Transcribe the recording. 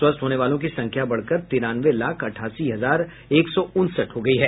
स्वस्थ होने वालों की संख्या बढ़कर तिरानवे लाख अठासी हजार एक सौ उनसठ हो गयी है